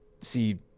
see